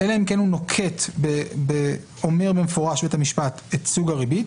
אלא אם כן בית המשפט אומר במפורש ונוקט בסוג הריבית,